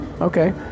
okay